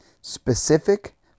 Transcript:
Specific